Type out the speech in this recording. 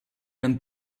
and